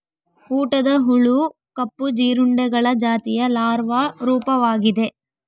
ಊಟದ ಹುಳು ಕಪ್ಪು ಜೀರುಂಡೆಗಳ ಜಾತಿಯ ಲಾರ್ವಾ ರೂಪವಾಗಿದೆ